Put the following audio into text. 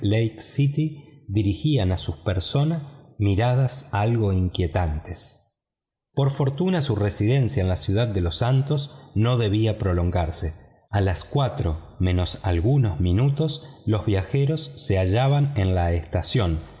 lake city dirigían a su persona miradas algo inquietantes por fortuna su residencia en la ciudad de los santos no debia prolongarse a las cuatro menos algunos minutos los viajeros se hallaban en la estación